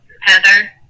heather